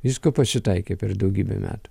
visko pasitaikė per daugybę metų